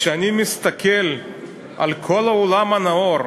כשאני מסתכל על כל העולם הנאור,